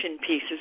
pieces